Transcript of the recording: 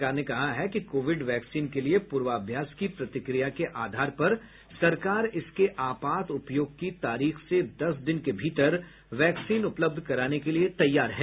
सरकार ने कहा है कि कोविड वैक्सीन के लिए पूर्वाभ्यास की प्रतिक्रिया के आधार पर सरकार इसके आपात उपयोग की तारीख से दस दिन के भीतर वैक्सीन उपलब्ध कराने के लिए तैयार है